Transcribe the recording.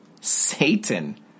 Satan